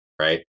right